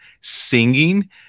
singing